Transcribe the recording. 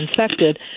infected